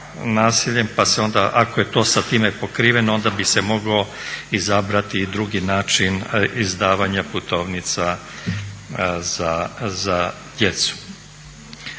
pa se onda ako je to sa time pokriveno onda bi se mogao izabrati i drugi način izdavanja putovnica za djecu.